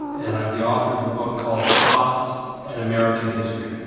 and i'm the author of a book called pox an american history.